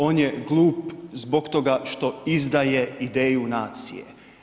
On je glup zbog toga što izdaje ideju nacije.